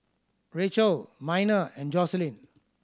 Racquel Miner and Joselyn